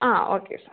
ആ okay sir